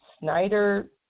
Snyder